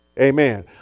Amen